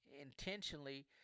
intentionally